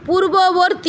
পূর্ববর্তী